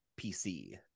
pc